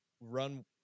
run